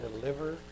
deliver